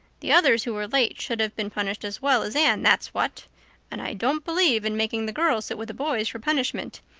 the others who were late should have been punished as well as anne, that's what and i don't believe in making the girls sit with the boys for punishment.